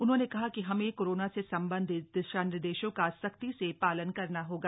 उन्होंने कहा कि हमें कोरोना से संबंधित दिशानिर्देशों का सख्ती से पालन करना होगा